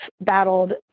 battled